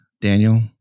Daniel